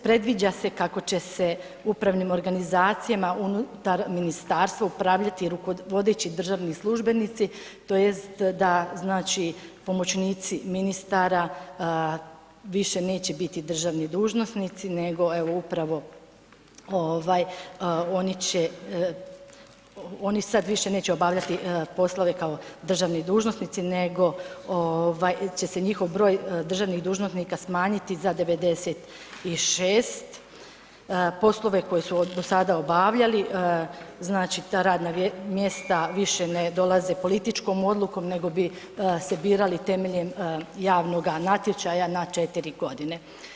Predviđa se kako će se upravnim organizacijama unutar ministarstva upravljati rukovodeći državni službenici tj. da znači pomoćnici ministara više neće biti državni dužnosnici nego evo upravo oni sad više neće obavljati poslove kao državni dužnosnici nego će se njihov broj državnih dužnosnika smanjiti za 96, poslove koje su dosada obavljali znači ta radna mjesta više ne dolaze političkom odlukom nego bi se birali temeljem javnog natječaja na 4 godine.